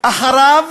אחריו